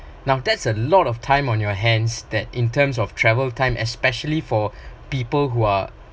now that's a lot of time on your hands that in terms of travel time especially for people who are